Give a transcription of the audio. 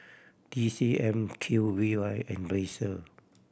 T C M Q V Y and Razer